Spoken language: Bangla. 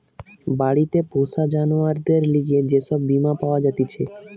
বাড়িতে পোষা জানোয়ারদের লিগে যে সব বীমা পাওয়া জাতিছে